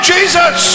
Jesus